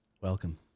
Welcome